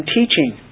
teaching